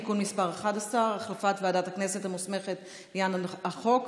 (תיקון מס' 11) (החלפת ועדת הכנסת המוסמכת לעניין החוק),